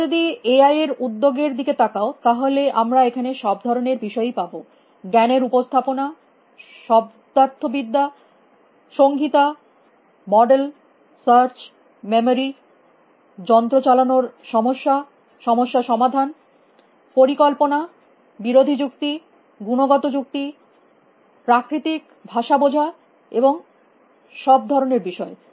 তোমরা যদি এআই এর উদ্যোগের দিকে তাকাও তাহলে আমরা এখানে সব ধরনের বিষয়ই পাব জ্ঞানের উপস্থাপনা শব্দার্থবিদ্যা সংহিতা মডেল সার্চ মেমরি যন্ত্র চালানোর সমস্যা সমস্যা সমাধান পরিকল্পনা বিরোধী যুক্তি গুণগত যুক্তি প্রাকৃতিক ভাষা বোঝা এবং সব ধরনের বিষয়